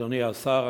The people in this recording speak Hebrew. אדוני השר,